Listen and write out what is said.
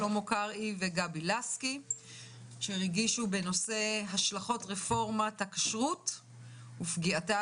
שלמה קרעי וגבי לסקי בנושא: "השלכות רפורמת הכשרות ופגיעתה